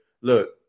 look